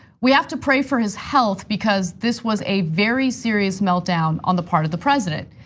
we have to pray for his health because this was a very serious meltdown on the part of the president.